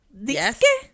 yes